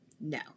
No